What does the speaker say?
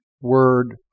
word